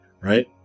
Right